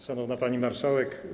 Szanowna Pani Marszałek!